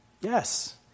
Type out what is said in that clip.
Yes